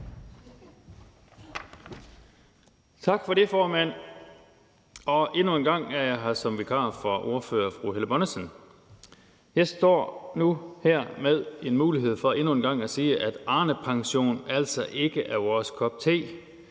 Tak for det, formand. Og igen er jeg her som vikar for vores ordfører, fru Helle Bonnesen. Jeg står nu her med en mulighed for endnu en gang at sige, at Arnepensionen altså ikke er vores kop te.